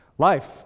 life